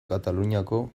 kataluniako